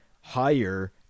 Higher